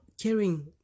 caring